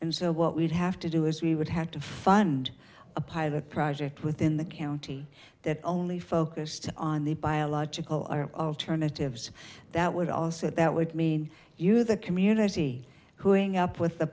and so what we'd have to do is we would have to fund a pilot project within the county that only focused on the biological are alternatives that would also that would mean you the community who are going up with the